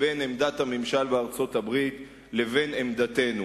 בין עמדת הממשל בארצות-הברית לבין עמדתנו.